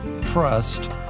trust